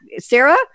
Sarah